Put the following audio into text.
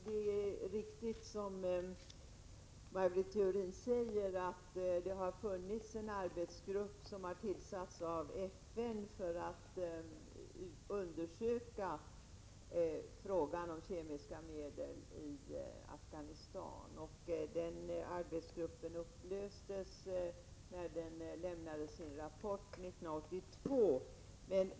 Herr talman! Det är riktigt, som Maj Britt Theorin säger, att det har funnits en arbetsgrupp som tillsatts av FN för att undersöka frågan om kemiska medeli Afghanistan. Den arbetsgruppen upplöstes när den lämnade sin rapport 1982.